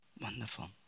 Wonderful